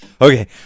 Okay